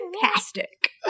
Fantastic